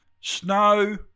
Snow